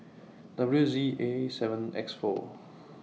W Z A seven X four